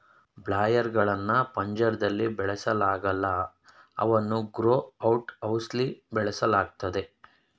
boiler ಗಳ್ನ ಪಂಜರ್ದಲ್ಲಿ ಬೆಳೆಸಲಾಗಲ್ಲ ಅವನ್ನು ಗ್ರೋ ಔಟ್ ಹೌಸ್ಲಿ ಬೆಳೆಸಲಾಗ್ತದೆ